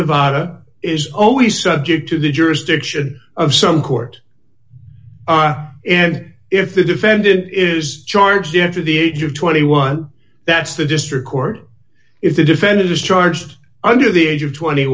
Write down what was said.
nevada is always subject to the jurisdiction of some court and if the defendant is charged into the age of twenty one dollars that's the district court if the defendant is charged under the age of twenty